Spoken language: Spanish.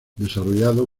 desarrollado